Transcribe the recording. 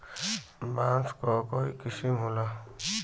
बांस क कई किसम क होला